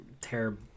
terrible